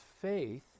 faith